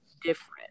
different